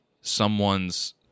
someone's